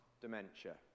dementia